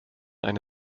eine